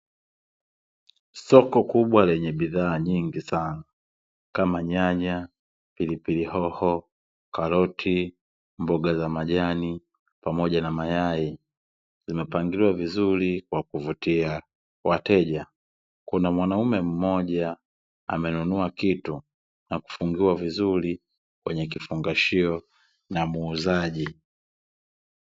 Soko kubwa lenye bidhaa nyingi sana; kama nyanya, pilipili hoho, karoti, mboga za majani, pamoja na mayai, vimepangiliwa vizuri kwa ajili ya kuvutia wateja. Kuna mwanaume mmoja amenunua kitu na kufungiwa vizuri kwenye kifungashio na muuzaji.